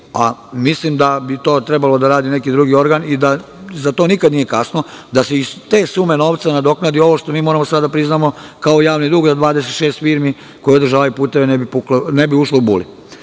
mislim da bi to trebalo da radi neki drugi organ i da za to nikada nije kasno, da se iz te sume novca nadoknadi ovo što mi sada moramo da priznamo kao javni dug, da ne bi 26 firmi koje održavaju puteve ušlo u bulu.